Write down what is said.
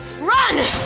run